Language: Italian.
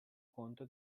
conto